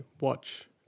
watch